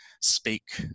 speak